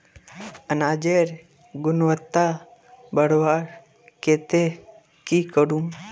अनाजेर गुणवत्ता बढ़वार केते की करूम?